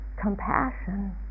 compassion